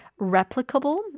replicable